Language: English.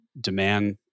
demand